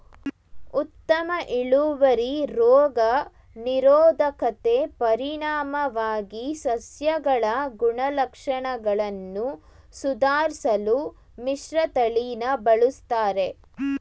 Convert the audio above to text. ಉತ್ತಮ ಇಳುವರಿ ರೋಗ ನಿರೋಧಕತೆ ಪರಿಣಾಮವಾಗಿ ಸಸ್ಯಗಳ ಗುಣಲಕ್ಷಣಗಳನ್ನು ಸುಧಾರ್ಸಲು ಮಿಶ್ರತಳಿನ ಬಳುಸ್ತರೆ